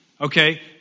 Okay